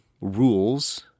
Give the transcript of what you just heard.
rules